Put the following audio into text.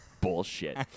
bullshit